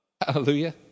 Hallelujah